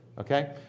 Okay